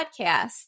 podcast